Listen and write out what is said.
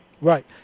Right